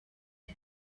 die